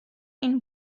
این